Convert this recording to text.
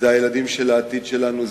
זה הילדים של העתיד שלנו,